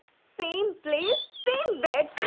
same place, same bed!